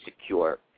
secure